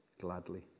gladly